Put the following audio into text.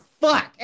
fuck